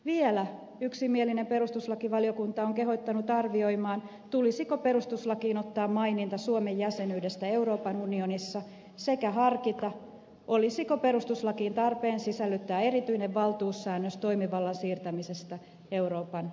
vielä yksimielinen perustuslakivaliokunta on kehottanut arvioimaan tulisiko perustuslakiin ottaa maininta suomen jäsenyydestä euroopan unionissa sekä harkita olisiko perustuslakiin tarpeen sisällyttää erityinen valtuussäännös toimivallan siirtämisestä euroopan unionille